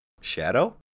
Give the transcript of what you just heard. Shadow